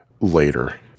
later